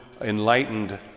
enlightened